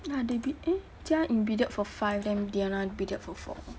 ah they bid eh jia ying bidded for five then diana bidded for four